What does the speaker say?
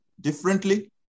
differently